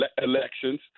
elections